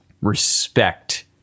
respect